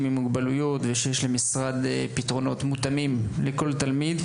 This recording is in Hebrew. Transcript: עם מוגבלויות ושיש למשרד פתרונות מותאמים לכל תלמיד,